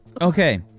Okay